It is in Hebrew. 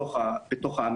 זו לא הייתה הכוונה.